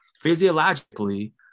physiologically